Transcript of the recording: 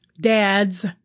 dads